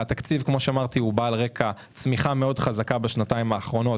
התקציב הוא בעל רקע צמיחה מאוד חזק בשנתיים האחרונות,